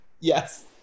Yes